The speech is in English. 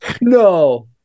No